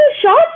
shot